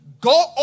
Go